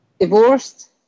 divorced